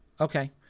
Okay